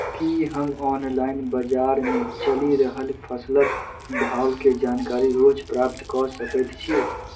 की हम ऑनलाइन, बजार मे चलि रहल फसलक भाव केँ जानकारी रोज प्राप्त कऽ सकैत छी?